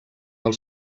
del